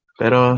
pero